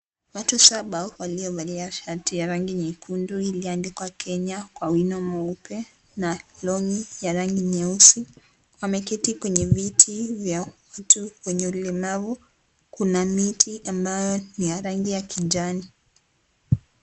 Watu Saba waliovalia shati ya rangi nyekundu iliyoandika "Kenya" kwa wino mweupe na long'i ya rangi nyeusi wameketi kwenye miti ya mtu mwenye ulemavu. Kuna miti ambayo ni ya rangi ya kijani.